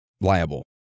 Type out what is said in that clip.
liable